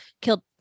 killed